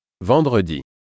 Vendredi